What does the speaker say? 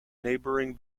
neighbouring